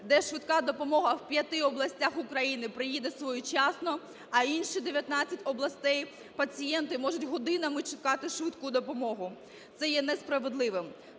де швидка допомога в п'яти областях України приїде своєчасно, а інші 19 областей – пацієнти можуть годинами чекати швидку допомогу. Це є несправедливим.